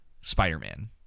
spider-man